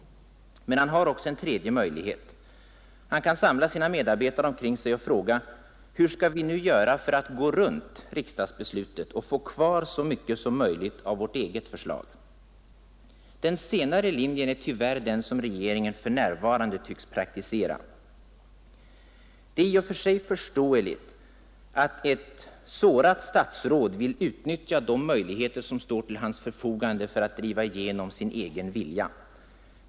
Men han har också en tredje möjlighet. Han kan samla sina medarbetare omkring sig och fråga: Hur skall vi nu göra för att gå runt riksdagsbeslutet och få kvar så mycket som möjligt av vårt eget förslag? Den senare linjen är tyvärr den som regeringen för närvarande tycks praktisera. Det är i och för sig förståeligt att ett sårat statsråd vill utnyttja de möjligheter som står till hans förfogande för att driva igenom sin egen vilja.